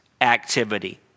activity